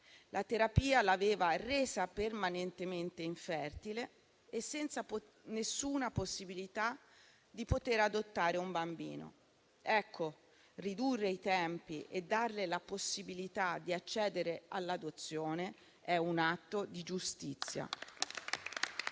La terapia l'ha resa permanentemente infertile e priva della possibilità di adottare un bambino. Ecco, ridurre i tempi e darle la possibilità di accedere all'adozione è un atto di giustizia.